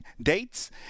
dates